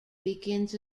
begins